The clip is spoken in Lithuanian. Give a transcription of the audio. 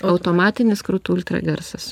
automatinis krūtų ultragarsas